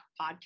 podcast